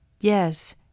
Yes